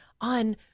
on